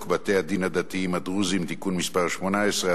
בתי-הדין הדתיים הדרוזיים (תיקון מס' 18),